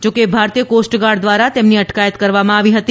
જો કે ભારતીય કોસ્ટ ગાર્ડ દ્વારા તેમની અટકાયત કરવામાં આવી હતી